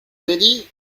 delhi